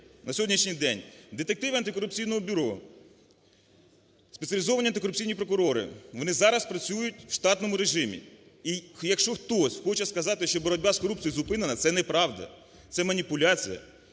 на сьогоднішній день детективи Антикорупційного бюро, спеціалізовані антикорупційні прокурори, вони зараз працюють в штатному режимі і якщо хтось хоче сказати, що боротьба із корупцією зупинена – це неправда, це маніпуляція.